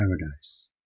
paradise